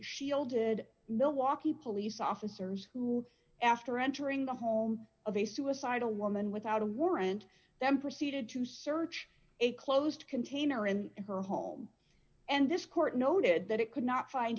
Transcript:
shielded milwaukee police officers who after entering the home of a suicidal woman without a warrant then proceeded to search a closed container in her home and this court noted that it could not find